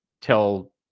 tell